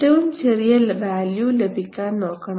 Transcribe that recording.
ഏറ്റവും ചെറിയ വാല്യു ലഭിക്കാൻ നോക്കണം